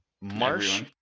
Marsh